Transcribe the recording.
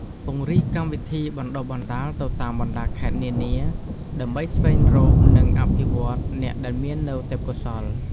ពង្រីកកម្មវិធីបណ្តុះបណ្តាលទៅតាមបណ្តាខេត្តនានា ដើម្បីស្វែងរកនិងអភិវឌ្ឍអ្នកដែលមាននូវទេពកោសល្យ។